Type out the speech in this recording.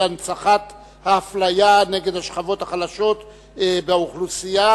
הנצחת האפליה נגד השכבות החלשות באוכלוסייה.